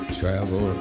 travel